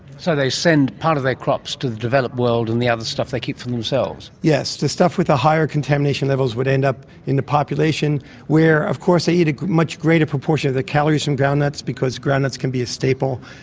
so they send part of their crops to the developed world and the other stuff they keep for themselves. yes, the stuff with higher contamination levels would end up in the population where of course they eat a much greater proportion of the calories from groundnuts because groundnuts can be a staple,